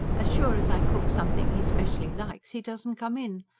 as sure as i cook something he specially likes, he doesn't come in.